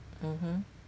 mmhmm